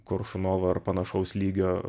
koršunovą ar panašaus lygio